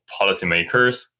policymakers